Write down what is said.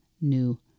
new